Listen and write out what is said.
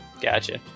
Gotcha